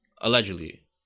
allegedly